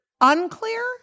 unclear